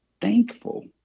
thankful